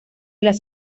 las